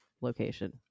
location